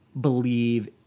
believe